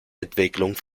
entwicklung